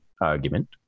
argument